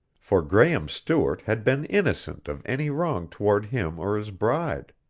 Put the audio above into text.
for graehme stewart had been innocent of any wrong toward him or his bride.